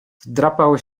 wdrapał